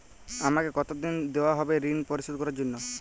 আমাকে কতদিন দেওয়া হবে ৠণ পরিশোধ করার জন্য?